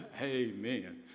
Amen